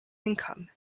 income